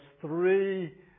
three